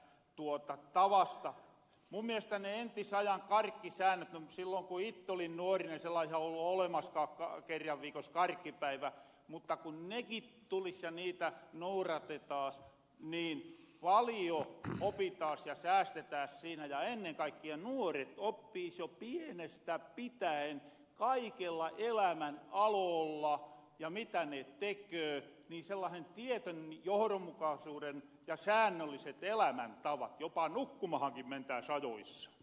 mun mielestä ne entisajan karkkisäännöt sillon ku itte olin nuori ei sellaisia ollu olemaskaan että kerran viikos karkkipäivä ku neki tulis ja niitä nouratetaas niin paljo opitaas ja säästetääs siinä ja ennen kaikkia nuoret oppiis jo pienestä pitäen kaikilla elämän aloolla mitä ne teköö sellasen tietyn johdonmukasuuden ja säännölliset elämäntavat jopa nukkumahankin mentääsoiduissa